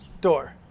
door